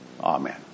Amen